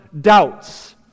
doubts